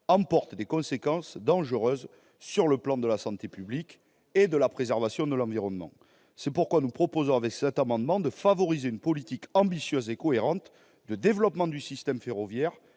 emportent des conséquences dangereuses sur le plan de la santé publique et de la préservation de l'environnement. C'est pourquoi nous proposons, avec cet amendement, de favoriser une politique ambitieuse et cohérente de développement du système ferroviaire,